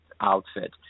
outfit